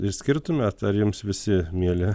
išskirtumėt ar jums visi mieli